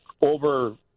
over